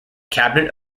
cabinet